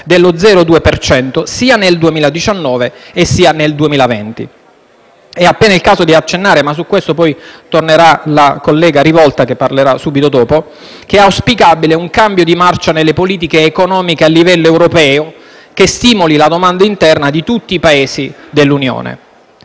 cento sia nel 2019 sia nel 2020. È appena il caso di accennare - ma su questo tornerà la collega Rivolta, che parlerà subito dopo - che è auspicabile un cambio di marcia nelle politiche economiche a livello europeo che stimoli la domanda interna di tutti i Paesi dell'Unione.